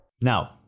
Now